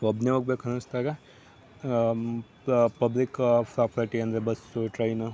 ಒಬ್ಬನೇ ಹೋಗ್ಬೇಕು ಅನ್ನಿಸಿದಾಗ ಪಬ್ಲಿಕ್ ಫ್ರೋಪರ್ಟಿ ಅಂದರೆ ಬಸ್ಸು ಟ್ರೈನು